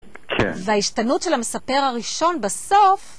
כן... וההישתנות של המספר הראשון בסוף...